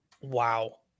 Wow